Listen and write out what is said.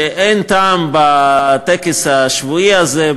שאין טעם בטקס השבועי הזה,